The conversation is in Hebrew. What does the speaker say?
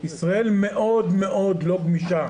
ישראל מאוד מאוד לא גמישה